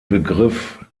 begriff